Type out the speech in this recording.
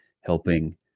helping